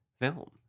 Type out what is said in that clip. film